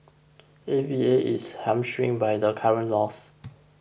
A V A is hamstrung by the current laws